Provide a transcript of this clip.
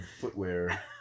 footwear